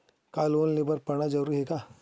का लोन ले बर पढ़ना जरूरी हे का?